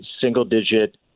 single-digit